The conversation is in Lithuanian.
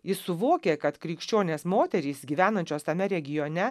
jis suvokė kad krikščionės moterys gyvenančios tame regione